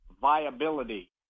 viability